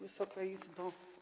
Wysoka Izbo!